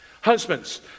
Husbands